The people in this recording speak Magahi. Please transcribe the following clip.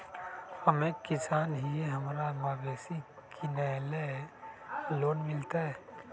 हम एक किसान हिए हमरा मवेसी किनैले लोन मिलतै?